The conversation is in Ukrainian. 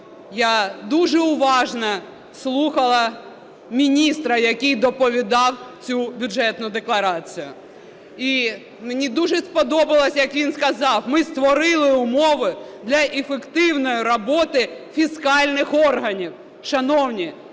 Я дуже уважно слухала міністра, який доповідав цю Бюджетну декларацію. І мені дуже сподобалось, як він сказав: ми створили умови для ефективної роботи фіскальних органів. Шановні,